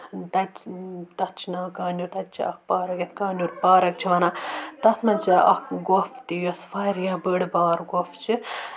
تَتہِ چھِ تَتھ چھِ ناو کانوٗ تَتہِ چھِ اَکھ پارَک یَتھ کانور پارَک چھِ وَنان تَتھ منٛز چھِ اَکھ گۄپھ تہِ یۄس واریاہ بٔڑ بارٕ گۄپھ چھِ